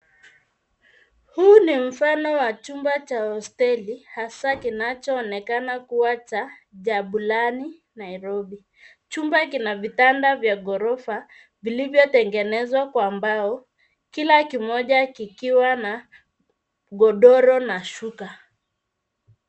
Huu ni mfano wa chumba cha hosteli hasa kinachoonekana kuwa cha Jabulani Nairobi. Chumba kina vitanda vya ghorofa vilivyo tengenezwa kwa mbao kila kimoja kikiwa na godoro na shuka.